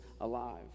alive